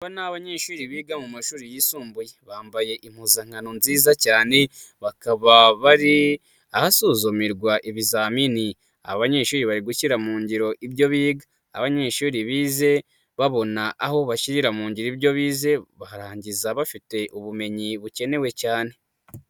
Aba ni abanyeshuri biga mu mashuri yisumbuye, bambaye impuzankano nziza cyane hakaba hasuzumirwa ibizamini abanyeshuri bari gushyira mu ngiro ibyo biga. Abanyeshuri bize babona aho bashyirira mu ngiro ibyo bize barangiza bafite ubumenyi bukenewe cyane.